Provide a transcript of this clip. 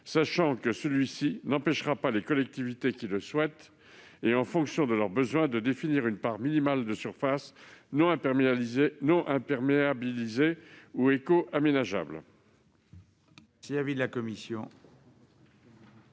sachant que celle-ci n'empêchera pas les collectivités qui le souhaitent, en fonction de leurs besoins, de définir une part minimale de surfaces non imperméabilisées ou éco-aménageables.